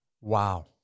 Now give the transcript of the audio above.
Wow